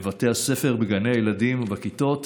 בבתי הספר, בגני הילדים ובכיתות.